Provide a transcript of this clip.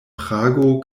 prago